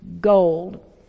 gold